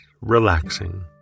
relaxing